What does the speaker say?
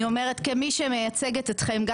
כמי שמייצגת אתכם,